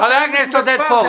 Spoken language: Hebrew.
חבר הכנסת עודד פורר.